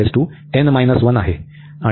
तर येथे हे इंटीग्रन्ड आहे